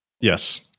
Yes